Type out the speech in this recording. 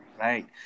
right